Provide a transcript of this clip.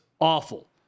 awful